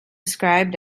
described